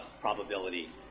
probability